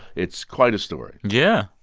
it's quite a story yeah.